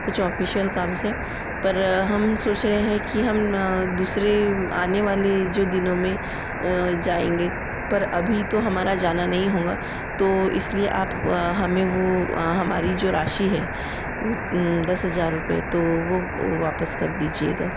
कुछ ऑफिशल काम से पर हम सोंच रहे हैं कि हम दूसरे आने वाले जो दिनों में जाएँगे पर अभी तो हमारा जाना नहीं होगा तो इस लिए आप हमें वो हमारी जो राशि है दस हज़ार रुपये तो वो वापस कर दीजिएगा